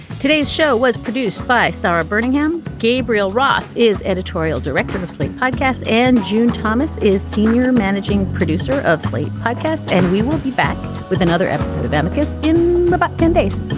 today's show was produced by sara birmingham. gabriel roth is editorial director of slate podcasts and june thomas is senior managing producer of slate podcast. and we will be back with another episode of amicus in. about ten days